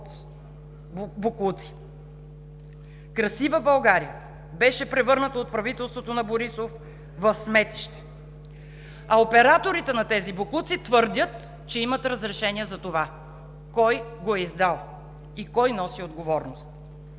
от боклуци. Красива България беше превърната от правителството на Борисов в сметище. Операторите на тези боклуци твърдят, че имат разрешение за това. Кой го е издал?! Кой носи отговорност?!